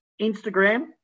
Instagram